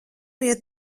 iet